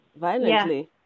violently